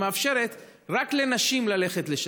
מאפשרת רק לנשים ללכת לשם.